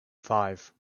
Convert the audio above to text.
five